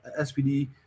spd